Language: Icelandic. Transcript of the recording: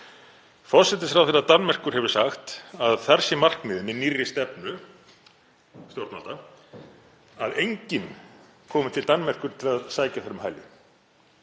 Forsætisráðherra Danmerkur hefur sagt að þar sé markmiðið með nýrri stefnu stjórnvalda að enginn komi til Danmerkur til að sækja um hæli.